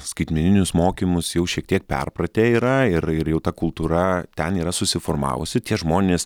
skaitmeninius mokymus jau šiek tiek perpratę yra ir ir jau ta kultūra ten yra susiformavusi tie žmonės